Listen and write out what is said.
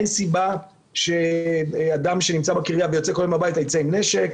אין סיבה שאדם שנמצא בקריה ויוצא כל יום הביתה יצא עם נשק.